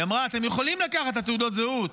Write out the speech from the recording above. היא אמרה: אתם יכולים לקחת את תעודות הזהות,